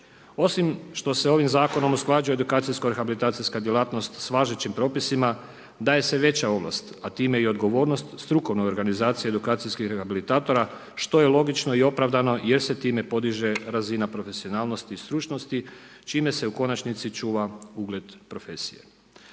Osim što se ovim zakonom usklađuje edukacijsko rehabilitacijska djelatnost sa važećim propisima daje se veća ovlast a time i odgovornost strukovne organizacije edukacijskih rehabilitatora što je logično i opravdano jer se time podiže razina profesionalnosti i stručnosti čime se u konačnici čuva ugled profesije.